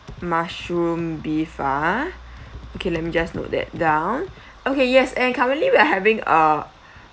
mushroom beef ah okay let me just note that down okay yes and currently we are having a